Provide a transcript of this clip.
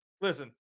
listen